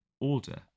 order